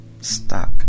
stuck